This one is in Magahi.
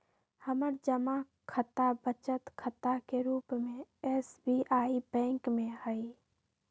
हमर जमा खता बचत खता के रूप में एस.बी.आई बैंक में हइ